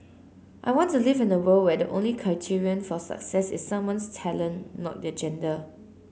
I want to live in a world where the only criterion for success is someone's talent not their gender